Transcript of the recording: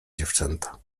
dziewczęta